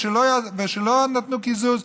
ולא נתנו קיזוז,